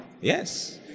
Yes